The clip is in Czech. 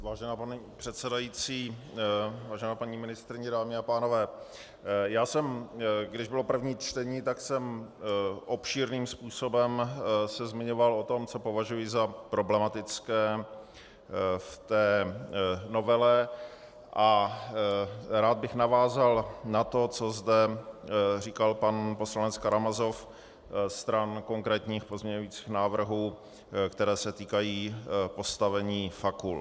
Vážená paní předsedající, vážená paní ministryně, dámy a pánové, já jsem se, když bylo první čtení, obšírným způsobem zmiňoval o tom, co považuji za problematické v té novele, a rád bych navázal na to, co zde říkal pan poslanec Karamazov stran konkrétních pozměňujících návrhů, které se týkají postavení fakult.